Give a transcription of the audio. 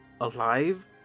alive